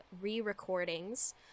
re-recordings